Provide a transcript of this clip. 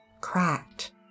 cracked